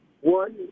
one